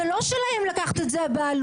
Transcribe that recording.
זה לא של הימין לקחת על זה בעלות.